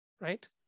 right